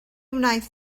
wnaeth